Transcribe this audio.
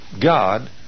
God